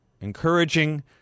encouraging